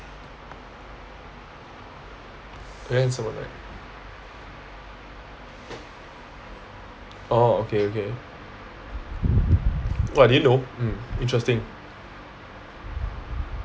very handsome one right orh okay okay oh I din know mm interesting